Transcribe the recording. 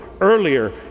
earlier